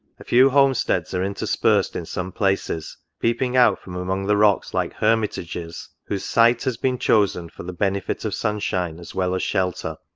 a few home-steads are interspersed in some places, peeping out from among the rocks like hermitages, whose scite has been chosen for the benefit of sun-shine as well as shelter